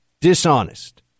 dishonest